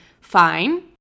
fine